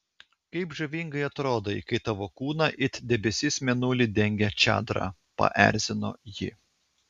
kaip žavingai atrodai kai tavo kūną it debesis mėnulį dengia čadra paerzino ji